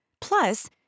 plus